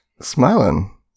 smiling